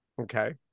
okay